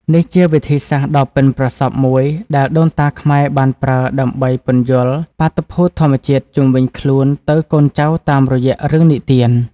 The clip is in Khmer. នេះជាវិធីសាស្ត្រដ៏ប៉ិនប្រសប់មួយដែលដូនតាខ្មែរបានប្រើដើម្បីពន្យល់បាតុភូតធម្មជាតិជុំវិញខ្លួនទៅកូនចៅតាមរយៈរឿងនិទាន។